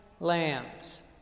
lambs